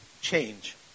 change